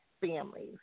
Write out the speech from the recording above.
families